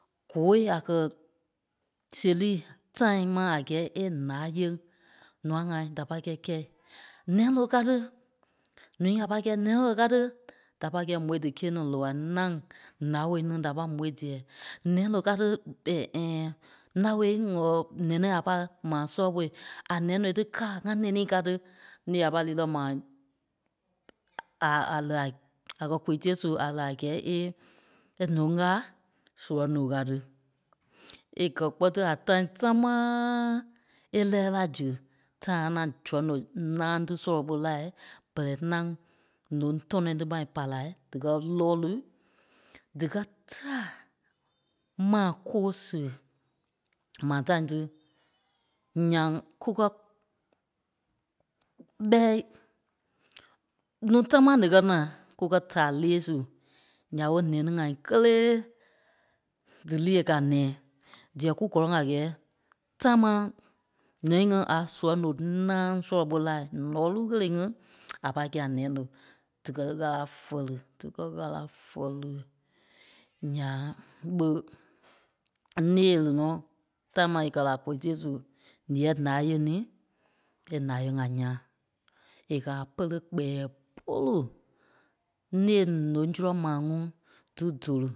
Goo a kɛ́ seri time mai a gɛɛ e láa yèŋ nûa ŋa da pâi kɛ́i kɛi. Nɛloŋ ka tí, núu a pâi kɛ́i nɛloŋ ká tí. Da pâi kɛi mò díká-ní loai ŋaŋ. Nao ní da pâi môi diɛ nɛloŋ káa tí nao wɔi nɛni a pai maa sɔlɔ ɓô a nɛloŋ tí káa ŋa nɛni ka tí. Ǹee a pâi li nɔ maa a- a- li- a- a kɛ́ koi tée su a li a gɛɛ ee- e nóŋ káa surɔŋ loŋ kaa ti. E kɛ kpɔ́ tí a tâi támaaaa. È lɛɛ la zu time a ŋaŋ zurɔŋ loŋ nàaŋ tí sɔlɔ ɓô la ɓɛlɛ ŋaŋ nòŋ tɔnɔ tí ɓa e pai la díkɛ lɔ́ɔlu, díkɛ tá maa koo sia. Maa time tí nyaŋ kukɛ ɓɛ́i nuu támaa díkɛ naa kukɛ taa lee su. Nya ɓe nɛni ŋai kélee dílîi è kɛ́ a nɛ̃ɛ diyɛɛ kúkɔlɔŋ a gɛɛ támaa ǹɛni ŋi a surɔŋ loŋ naaŋ sɔlɔ ɓô la nɔɔlu ɣele ŋí a pâi kɛi a nɛloŋ. Díkɛ ɣâla fɛli, díkɛ ɣâla fɛli nyaŋ ɓé ǹee e li nɔ ta maa e kɛ́ la koi tée su lîɛɛ láa yèŋ ní e láa yèŋ a nyaa. Ě kɛ́ a pɛ̀lɛ kpɛɛ polu. Ǹee nóŋ zúrɔŋ maa ŋuŋ dí dóli